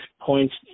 points